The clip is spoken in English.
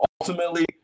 ultimately